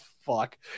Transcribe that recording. fuck